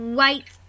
White